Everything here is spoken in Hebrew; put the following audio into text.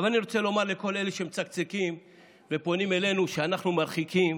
אני רוצה לומר לכל אלה שמצקצקים ופונים אלינו שאנחנו מרחיקים